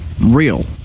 real